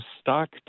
stock